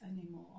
anymore